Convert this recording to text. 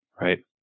right